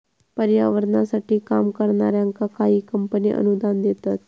पर्यावरणासाठी काम करणाऱ्यांका काही कंपने अनुदान देतत